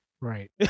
Right